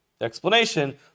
explanation